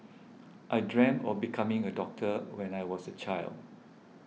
I dreamt of becoming a doctor when I was a child